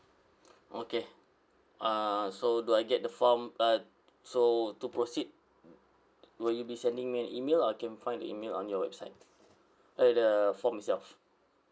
okay uh so do I get the form uh so to proceed will you be sending me an email or I can find the email on your website eh the form itself